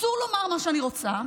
אסור לומר מה שאני רוצה,